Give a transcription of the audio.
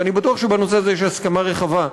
ואני בטוח שבנושא הזה יש הסכמה רחבה,